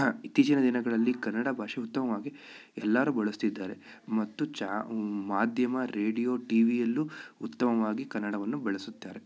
ಇತ್ತೀಚಿನ ದಿನಗಳಲ್ಲಿ ಕನ್ನಡ ಭಾಷೆ ಉತ್ತಮವಾಗಿ ಎಲ್ಲರೂ ಬಳಸ್ತಿದ್ದಾರೆ ಮತ್ತು ಚ ಮಾಧ್ಯಮ ರೇಡಿಯೋ ಟಿವಿಯಲ್ಲೂ ಉತ್ತಮವಾಗಿ ಕನ್ನಡವನ್ನು ಬಳಸುತ್ತಾರೆ